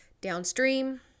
downstream